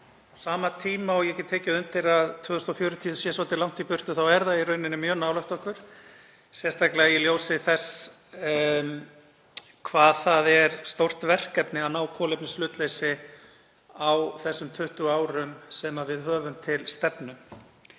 sama tíma og ég get tekið undir að 2040 sé svolítið langt í burtu þá er það í raun mjög nálægt okkur, sérstaklega í ljósi þess hve stórt verkefni það er að ná kolefnishlutleysi á þeim 20 árum sem við höfum til stefnu.